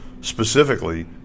specifically